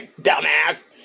dumbass